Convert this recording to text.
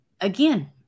again